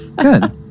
good